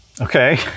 Okay